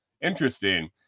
interesting